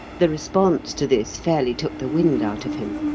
the response to this fairly took the wind out of him.